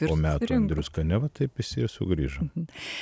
po metų andrius kaniava taip visi ir sugrįžom